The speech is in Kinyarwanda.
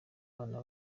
abana